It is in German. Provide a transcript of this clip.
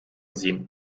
sie